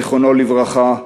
זיכרונו לברכה,